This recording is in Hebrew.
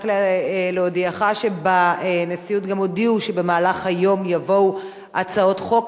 רק להודיעך שבנשיאות גם הודיעו שבמהלך היום יבואו הצעות חוק,